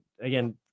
Again